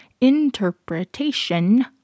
interpretation